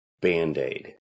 band-aid